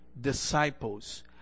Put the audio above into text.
disciples